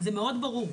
זה מאוד ברור.